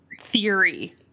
theory